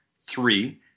three